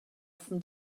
from